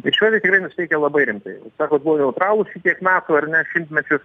ir švedai tikrai nusiteikę labai rimtai sako buvo neutralūs šitiek metų ar ne šimtmečių